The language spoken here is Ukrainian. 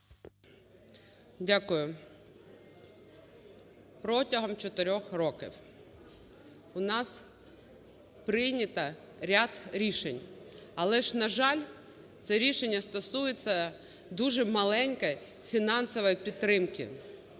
Дякую. Протягом чотирьох років у нас прийнято ряд рішень. Але ж, на жаль, це рішення стосується дуже маленької фінансової підтримки.